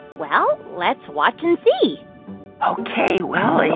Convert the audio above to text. well, let's watch and see ok. well,